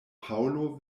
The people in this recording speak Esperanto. paŭlo